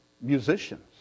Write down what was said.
musicians